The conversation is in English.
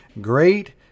great